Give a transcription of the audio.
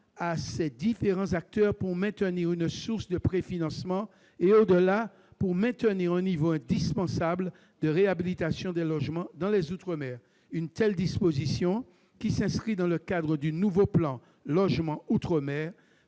à ces différents acteurs pour maintenir une source de préfinancement et, au-delà, un niveau indispensable de réhabilitation des logements dans les outre-mer. Une telle disposition, qui s'inscrit dans le cadre du nouveau plan logement outre-mer,